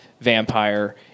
vampire